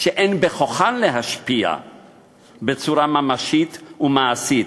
שאין בכוחן להשפיע בצורה ממשית ומעשית,